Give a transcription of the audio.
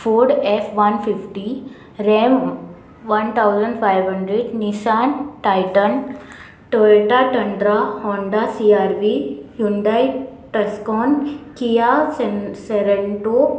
Ford F one fifty Ram one thousand five hundred Nissan Titan Toyota Tundra Honda C R V Hyundai Tucson Kia सेन Sorento